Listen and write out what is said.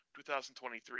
2023